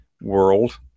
world